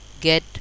get